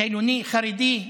חילוני, חרדי.